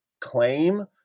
claim